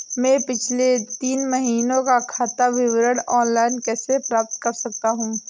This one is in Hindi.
मैं पिछले तीन महीनों का खाता विवरण ऑनलाइन कैसे प्राप्त कर सकता हूं?